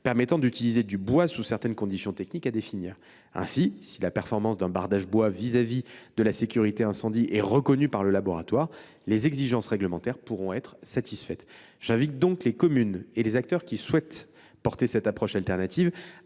permettant d’utiliser du bois, sous certaines conditions techniques à définir. Si la performance d’un bardage bois au regard de la sécurité incendie est reconnue par le laboratoire, les exigences réglementaires pourront être satisfaites. J’invite donc les communes et les acteurs qui souhaiteraient adopter cette approche alternative